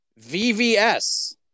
VVS